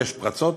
יש פרצות,